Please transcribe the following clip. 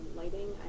lighting